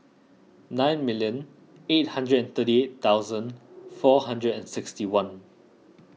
nine million eight hundred and thirty eight thousand four hundred and sixty one